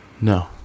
No